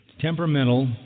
temperamental